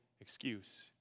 excuse